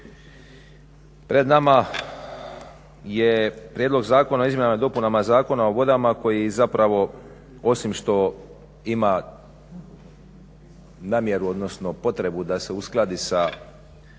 Pred nama je prijedlog zakona o izmjenama i dopunama zakona o vodama koji zapravo osim što ima namjeru odnosno potrebu da se uskladi